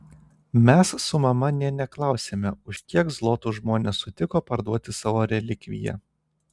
mes su mama nė neklausėme už kiek zlotų žmonės sutiko parduoti savo relikviją